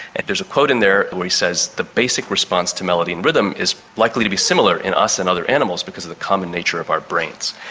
and there's a quote in there where he says the basic response to melody and rhythm is likely to be similar in us and other animals because of the common nature of our brains.